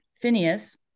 Phineas